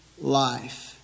life